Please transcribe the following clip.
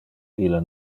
ille